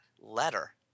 letter